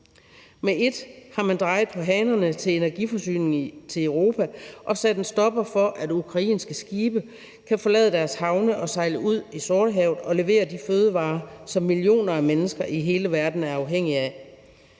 Med ét har man drejet på hanerne til energiforsyningen til Europa og sat en stopper for, at ukrainske skibe kan forlade deres havne og sejle ud i Sortehavet og levere de fødevarer, som millioner af mennesker i hele verden er afhængige af.